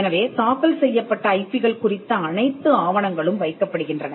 எனவே தாக்கல் செய்யப்பட்ட ஐபிகள் குறித்த அனைத்து ஆவணங்களும் வைக்கப்படுகின்றன